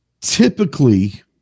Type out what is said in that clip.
typically